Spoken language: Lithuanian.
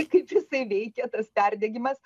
kaip jisai veikia tas perdegimas